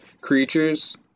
Creatures